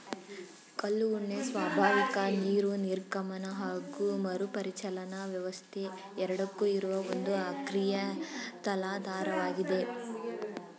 ಕಲ್ಲು ಉಣ್ಣೆ ಸ್ವಾಭಾವಿಕ ನೀರು ನಿರ್ಗಮನ ಹಾಗು ಮರುಪರಿಚಲನಾ ವ್ಯವಸ್ಥೆ ಎರಡಕ್ಕೂ ಇರುವ ಒಂದು ಅಕ್ರಿಯ ತಲಾಧಾರವಾಗಿದೆ